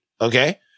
okay